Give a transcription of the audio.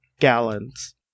gallons